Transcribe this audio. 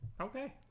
Okay